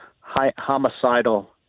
homicidal